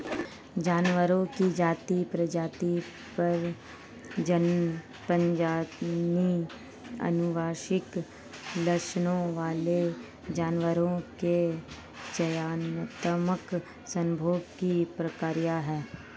जानवरों की अभिजाती, प्रजनन वांछनीय आनुवंशिक लक्षणों वाले जानवरों के चयनात्मक संभोग की प्रक्रिया है